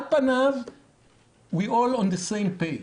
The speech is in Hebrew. על פניו, we’re all on the same page.